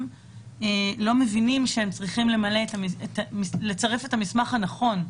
לא מבינים שהם צריכים לצרף את המסמך הנכון.